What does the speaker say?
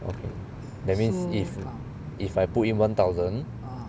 okay that means if if I put in one thousand